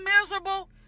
miserable